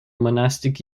monastic